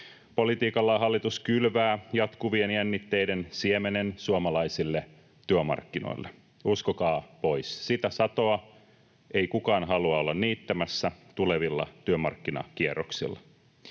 Politiikallaan hallitus kylvää jatkuvien jännitteiden siemenen suomalaisille työmarkkinoille. Uskokaa pois, sitä satoa ei kukaan halua olla niittämässä tulevilla työmarkkinakierroksilla.